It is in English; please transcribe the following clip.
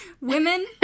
Women